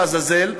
לעזאזל,